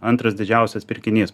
antras didžiausias pirkinys